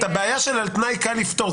את הבעיה של על תנאי קל לפתור.